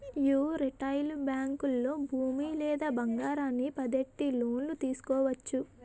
యీ రిటైలు బేంకుల్లో భూమి లేదా బంగారాన్ని పద్దెట్టి లోను తీసుకోవచ్చు